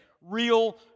real